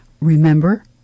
Remember